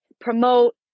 promote